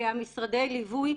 ממשרדי הליווי,